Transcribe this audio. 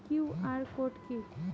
QR code কি?